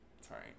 sorry